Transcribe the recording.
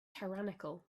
tyrannical